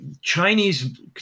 Chinese